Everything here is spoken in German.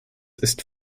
ist